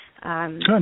Good